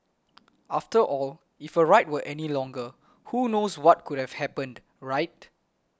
after all if her ride were any longer who knows what could have happened right